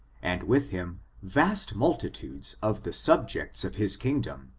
and with him vast multitudes of the subjects of his kingdom,